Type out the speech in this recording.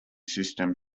system